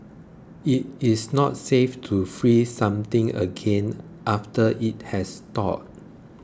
it is not safe to freeze something again after it has thawed